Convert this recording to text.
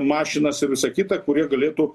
mašinas ir visa kita kurie galėtų